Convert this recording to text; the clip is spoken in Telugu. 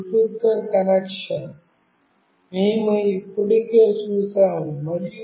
ఇది బ్లూటూత్తో కనెక్షన్ మేము ఇప్పటికే చూశాము